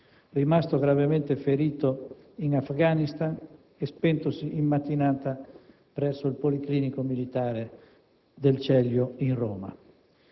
rimasto gravemente ferito in Afghanistan, spentosi in mattinata presso il Policlinico militare del Celio in Roma.